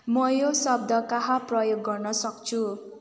म यो शब्द कहाँ प्रयोग गर्नसक्छु